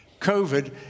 COVID